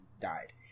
died